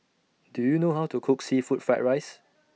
Do YOU know How to Cook Seafood Fried Rice